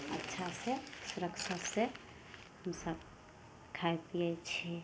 अच्छा से सुरक्षा से हमसब खाइ पिए छी